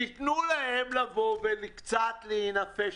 תנו להם לגשת לשם וקצת להינפש.